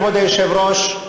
כבוד היושב-ראש,